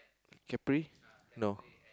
capri no